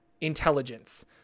intelligence